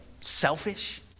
Selfish